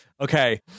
Okay